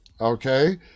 Okay